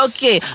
Okay